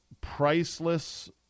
priceless